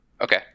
Okay